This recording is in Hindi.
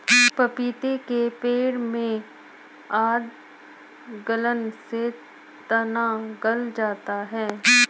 पपीते के पेड़ में आद्र गलन से तना गल जाता है